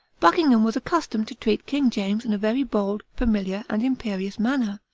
buckingham was accustomed to treat king james in a very bold, familiar, and imperious manner,